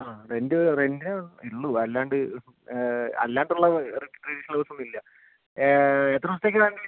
ആ റെന്റ് റെന്റിനേ ഉള്ളൂ അല്ലാണ്ട് അല്ലാണ്ടുള്ള ട്രഡീഷണൽ ഹൗസ് ഒന്നുമില്ല എത്ര ദിവസത്തേക്ക് വേണ്ടത് എടീ